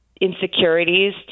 insecurities